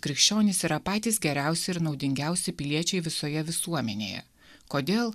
krikščionys yra patys geriausi ir naudingiausi piliečiai visoje visuomenėje kodėl